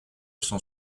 cent